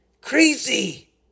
Crazy